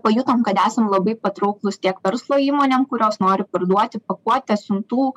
pajutom kad esam labai patrauklūs tiek verslo įmonėm kurios nori parduoti pakuotes siuntų